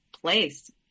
place